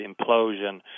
implosion